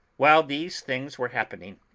while these things were happening,